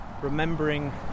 remembering